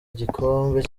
igikombe